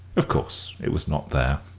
of course, it was not there,